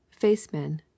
facemen